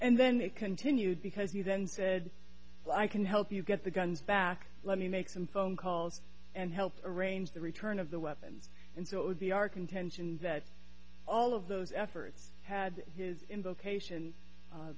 then they continued because you then said i can help you get the guns back let me make some phone calls and help arrange the return of the weapons and so it would be our contention that all of those efforts had his invocation